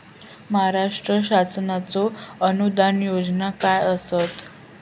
महाराष्ट्र शासनाचो अनुदान योजना काय आसत?